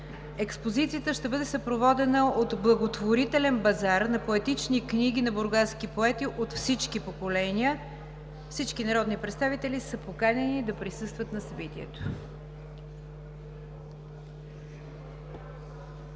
Експозицията ще бъде съпроводена от благотворителен базар на поетични книги на бургаски поети от всички поколения. Всички народни представители са поканени да присъстват на събитието.